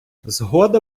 згода